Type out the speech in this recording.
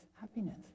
happiness